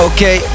Okay